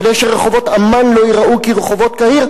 כדי שרחובות עמאן לא ייראו כרחובות קהיר,